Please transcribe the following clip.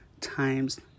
times